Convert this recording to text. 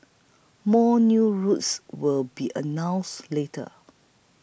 more new routes will be announced later